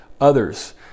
others